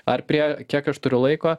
ar prie kiek aš turiu laiko